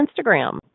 Instagram